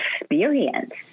experience